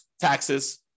taxes